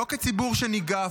לא כציבור שניגף,